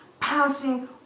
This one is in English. passing